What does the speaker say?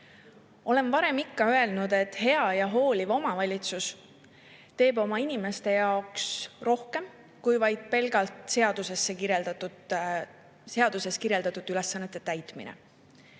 varem öelnud, et hea ja hooliv omavalitsus teeb oma inimeste jaoks rohkem kui vaid pelgalt seaduses kirjeldatud ülesannete täitmine.